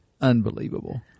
unbelievable